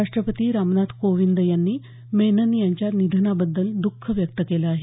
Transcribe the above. राष्ट्रपती रामनाथ कोविंद यांनी मेनन यांच्या निधनाबद्दल दुख व्यक्त केलं आहे